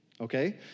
okay